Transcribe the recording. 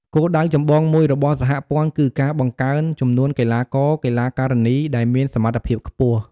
គោលដៅចម្បងមួយរបស់សហព័ន្ធគឺការបង្កើនចំនួនកីឡាករ-កីឡាការិនីដែលមានសមត្ថភាពខ្ពស់។